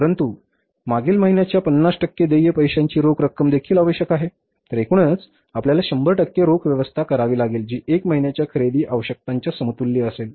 परंतु मागील महिन्यांच्या 50 टक्के देय पैशाची रोख रक्कमदेखील आवश्यक आहे तर एकूणच आपल्याला 100 रोख व्यवस्था करावी लागेल जी 1 महिन्याच्या खरेदी आवश्यकतांच्या समतुल्य असेल